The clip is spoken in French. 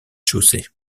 chaussée